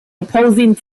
opposing